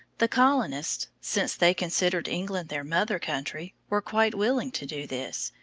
the colonists, since they considered england their mother country, were quite willing to do this,